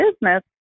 business